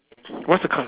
what's the co~